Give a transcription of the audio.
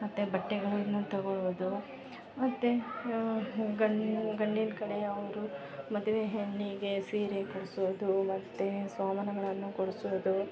ಮತ್ತೆ ಬಟ್ಟೆಗಳನ್ನು ತೊಗೊಳ್ಳೋದು ಮತ್ತೆ ಗಂಡ ಗಂಡಿನ ಕಡೆಯವರು ಮದುವೆ ಹೆಣ್ಣಿಗೆ ಸೀರೆ ಕೊಡಿಸೋದು ಮತ್ತೆ ಶೋಬನಗಳನ್ನು ಕೊಡಿಸೋದು